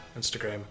Instagram